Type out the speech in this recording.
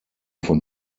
von